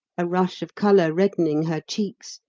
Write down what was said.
a rush of colour reddening her cheeks,